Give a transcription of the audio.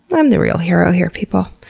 i'm the real hero here, people.